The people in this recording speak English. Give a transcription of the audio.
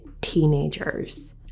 teenagers